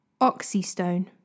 Oxystone